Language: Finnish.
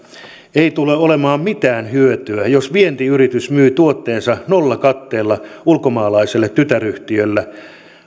ei tule olemaan mitään hyötyä jos vientiyritys myy tuotteensa nollakatteella ulkomaalaiselle tytäryhtiölle